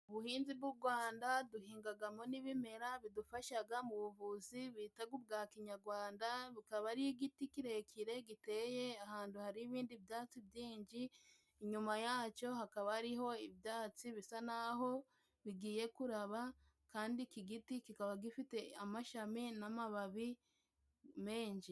Ubuhinzi bw'u Gwanda duhingagamo n'ibimera bidufashaga mu buvuzi bitaga ubwa kinyarwanda. Bukaba ari igiti kirekire giteye ahantu hari ibindi byatsi byinshi, inyuma yacyo hakaba hariho ibyatsi bisa n'aho bigiye kuraba. Kandi iki giti kikaba gifite amashami n'amababi menshi.